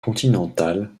continental